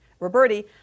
Roberti